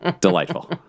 Delightful